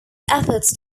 efforts